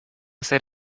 ser